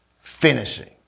finishing